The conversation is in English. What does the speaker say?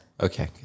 Okay